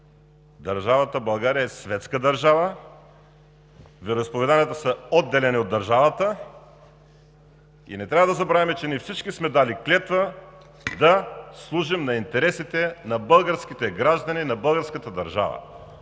Държавата България е светска държава. Вероизповеданията са отделени от държавата и не трябва да забравяме, че ние всички сме дали клетва да служим на интересите на българските граждани, на българската държава.